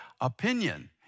opinion